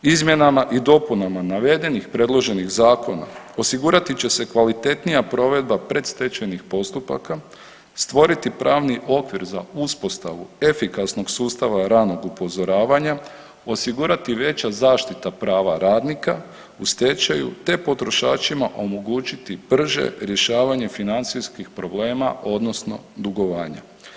Izmjenama i dopunama navedenih predloženih zakona osigurati će se kvalitetnija provedba predstečajnih postupaka, stvoriti pravni okvir za uspostavu efikasnog sustava ranog upozoravanja, osigurati veća zaštita prava radnika u stečaju, te potrošačima omogućiti brže rješavanje financijskih problema odnosno dugovanja.